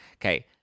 Okay